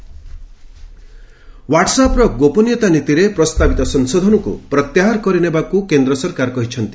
WhatsApp ହ୍ପାଟ୍ସଆପ୍ର ଗୋପନୀୟତା ନୀତିରେ ପ୍ରସ୍ତାବିତ ସଂଶୋଧନକୁ ପ୍ରତ୍ୟାହାର କରିନେବାକୁ କେନ୍ଦ୍ର ସରକାର କହିଛନ୍ତି